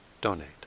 donate